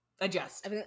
Adjust